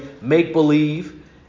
make-believe